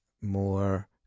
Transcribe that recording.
more